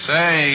Say